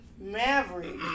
Maverick